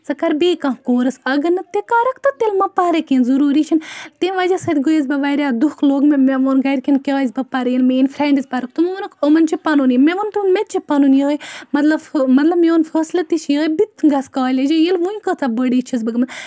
ژٕ کر بیٚیہِ کانٛہہ کورس اگر نہٕ تہِ کَرَکھ تیٚلہِ مہَ پَرٕے کینٛہہ ضروٗری چھُ نہٕ تمہِ وَجہَ سۭتۍ گٔیَس بہٕ واریاہ دُکھ لوٚگ مےٚ مےٚ ووٚن گَرکٮ۪ن کیاز بہٕ پَرٕ ییٚلہِ میٲنٛۍ فرنڈز پَرَن تمو ووٚنُکھ یِمَن چھِ پَنن یہِ مےٚ ووٚنُکھ مےٚ تہِ چھُ پَنُن یِہے مَطلَب مَطلَب میٚون فٲصلہٕ تہِ چھُ یُہے بہٕ تہِ گَژھہٕ کالج ییٚلہِ ونہِ کۭژاہ بٔڑٕے چھَس بہٕ گٔمٕژ